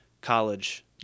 college